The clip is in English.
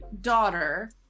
Daughter